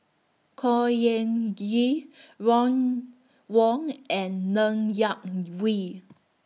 Khor Ean Ghee Ron Wong and Ng Yak Whee